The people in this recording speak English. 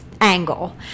angle